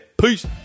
peace